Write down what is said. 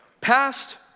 past